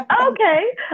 Okay